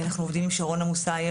אנחנו עובדים עם שרונה מוסאי,